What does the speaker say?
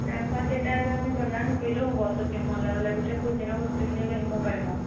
ৰাসত তেতিয়া আৰু আমি বজাৰ নকৰিলেও হ'ব শ্বপিং মললে গ'লে গোটেই প্ৰয়োজনীয় বস্তুখিনি লৈ আহিব পাৰিম আৰু